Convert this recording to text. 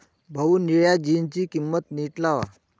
भाऊ, निळ्या जीन्सची किंमत नीट लावा